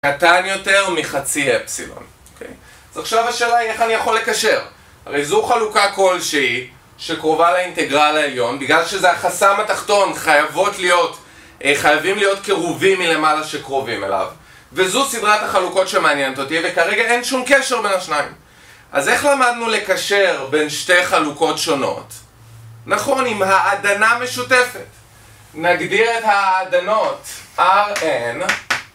קטן יותר מחצי אפסילון אז עכשיו השאלה היא איך אני יכול לקשר הרי זו חלוקה כלשהי שקרובה לאינטגרל העליון בגלל שזה החסם התחתון חייבות להיות חייבים להיות קירובים מלמעלה שקרובים אליו וזו סדרת החלוקות שמעניינת אותי וכרגע אין שום קשר בין השניים אז איך למדנו לקשר בין שתי חלוקות שונות? נכון, עם העדנה משותפת נגדיר את העדנות r n